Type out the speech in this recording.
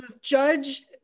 judge